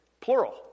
plural